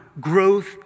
growth